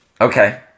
Okay